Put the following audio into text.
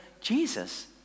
Jesus